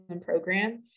program